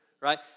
right